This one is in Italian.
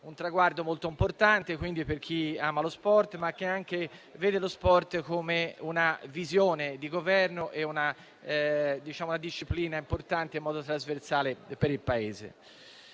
un traguardo molto importante, per chi ama lo sport ma anche per chi vede lo sport come una visione di Governo e una disciplina importante per il Paese